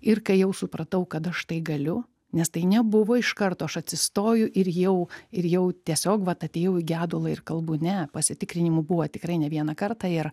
ir kai jau supratau kad aš tai galiu nes tai nebuvo iš karto aš atsistoju ir jau ir jau tiesiog vat atėjau į gedulą ir kalbu ne pasitikrinimų buvo tikrai ne vieną kartą ir